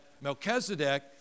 Melchizedek